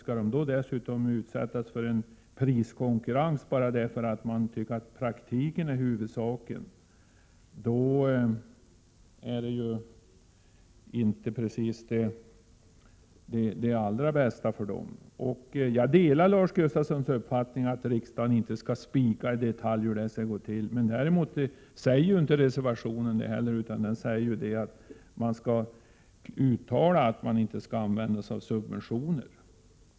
Att utsättas för en priskonkurrens bara för att vi tycker att praktiken är huvudsaken är kanske inte det allra bästa för dem. Jag delar Lars Gustafssons uppfattning att riksdagen inte i detalj skall spika hur det här skall gå till. Det föreslås inte heller i reservationen. Reservanterna ville uttala att man inte skall använda sig av subventioner.